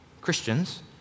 Christians